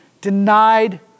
denied